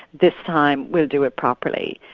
this time we'll do it properly.